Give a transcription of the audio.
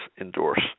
endorse